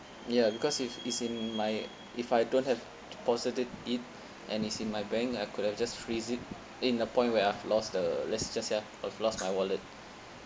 ya because if it's in my if I don't have deposited it and it's in my bank I could have just freeze it in a point where I've lost the let's just say I've I've lost my wallet